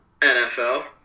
NFL